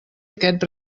aquest